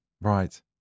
Right